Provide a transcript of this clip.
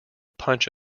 punch